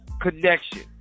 connection